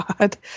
God